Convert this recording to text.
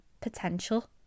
potential